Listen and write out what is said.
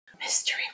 Mystery